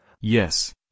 Yes